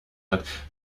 hat